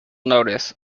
notice